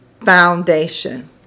foundation